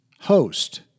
host